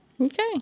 Okay